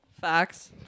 Facts